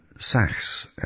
Sachs